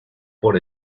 por